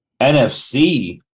NFC